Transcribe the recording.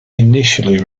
initially